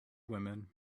women